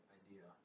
idea